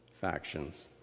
factions